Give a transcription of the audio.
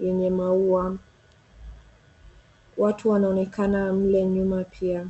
yenye maua , na watu wanaonekana mle nyuma pia.